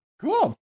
Cool